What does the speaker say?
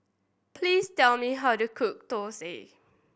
please tell me how to cook dosa